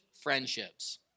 friendships